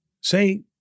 Say